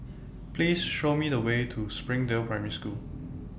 Please Show Me The Way to Springdale Primary School